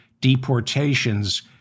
deportations